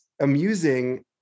amusing